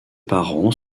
parents